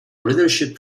leadership